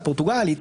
או בפורטוגל,